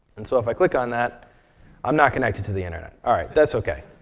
and so if i click on that i'm not connected to the internet. all right. that's ok.